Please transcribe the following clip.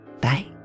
Bye